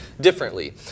differently